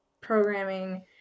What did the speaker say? programming